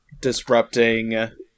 disrupting